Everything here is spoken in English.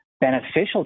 beneficial